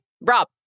Rob